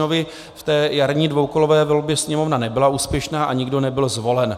V té jarní dvoukolové volbě Sněmovna nebyla úspěšná a nikdo nebyl zvolen.